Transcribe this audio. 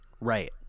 Right